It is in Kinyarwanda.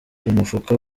mufuka